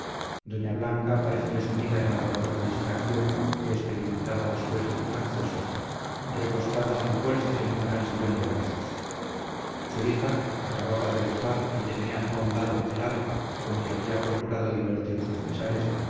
doña blanca parecía sumida en la dolorosa distracción que experimentaba después de sus accesos recostada sin fuerzas en un gran sillón de brazos su hija acababa de dejar y tenía a un lado el arpa con que había procurado divertir sus pesares